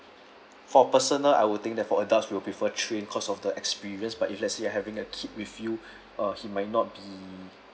for personal I would think that for adults we will prefer train because of the experience but if let's say you're having a kid with you uh he might not be